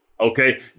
okay